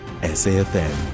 SAFM